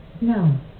No